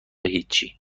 هیچی